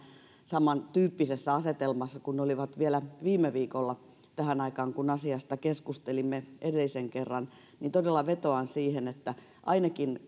samantyyppisessä asetelmassa kuin ne olivat vielä viime viikolla tähän aikaan kun asiasta keskustelimme edellisen kerran todella vetoan siihen että